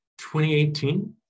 2018